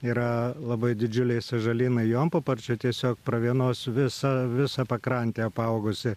yra labai didžiuliai sąžalynai jonpaparčių tiesiog pravienos visa visa pakrantė apaugusi